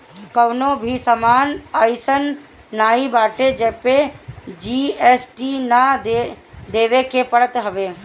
कवनो भी सामान अइसन नाइ बाटे जेपे जी.एस.टी ना देवे के पड़त हवे